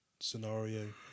scenario